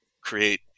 create